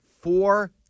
four